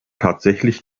tatsächlich